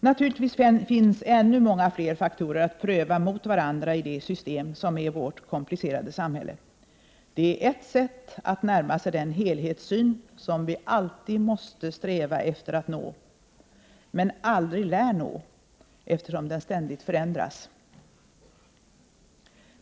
Naturligtvis finns det ännu många fler faktorer att pröva mot varandra i ett system som är vårt komplicerade samhälle. Det är ert sätt att närma sig den helhetssyn som vi alltid måste sträva efter att nå, men aldrig lär nå eftersom den ständigt förändras.